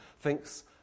thinks